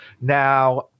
Now